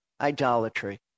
idolatry